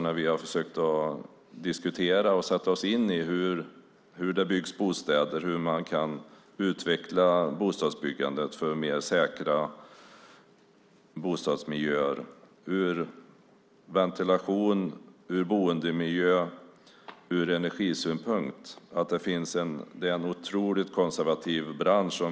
När vi har försökt diskutera och sätta oss in i hur bostäder byggs, hur man kan utveckla bostadsbyggandet för mer säkra bostadsmiljöer och hur man ser på ventilation och boendemiljö ur energisynpunkt möter vi en otroligt konservativ bransch.